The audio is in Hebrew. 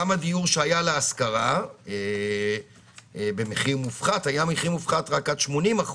גם הדיור שהיה להשכרה במחיר מופחת היה מופחת רק עד 80%,